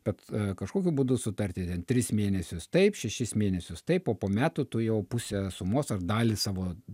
bet kažkokiu būdu sutarti ten tris mėnesius taip šešis mėnesius taip o po metų tu jau pusę sumos ar dalį savo